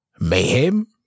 Mayhem